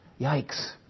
Yikes